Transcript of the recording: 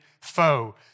foe